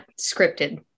scripted